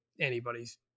anybody's